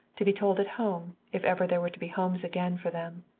to be told at home, if ever there were to be homes again for them.